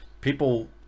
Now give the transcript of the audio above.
people